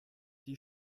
die